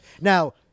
Now